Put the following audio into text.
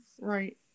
Right